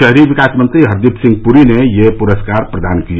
शहरी विकास मंत्री हरदीप सिंह पुरी ने ये पुरस्कार प्रदान किए